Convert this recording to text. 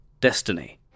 Destiny